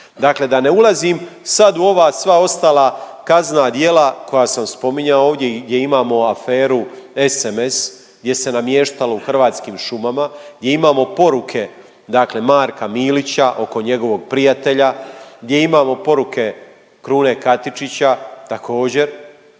Dakle, da ne ulazim sad u ova sva ostala kaznena djela koja sam spominjao ovdje i gdje imamo aferu SMS gdje se namještalo u Hrvatskim šumama gdje imamo poruke Marka Milića oko njegovog prijatelja, gdje imamo poruke Krune Katičića također,